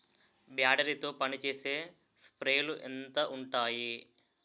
Battery తో పనిచేసే స్ప్రేలు ఎంత ఉంటాయి?